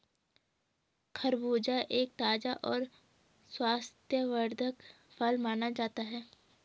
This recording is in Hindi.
खरबूजा एक ताज़ा और स्वास्थ्यवर्धक फल माना जाता है